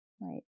Right